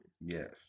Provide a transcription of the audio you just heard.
Yes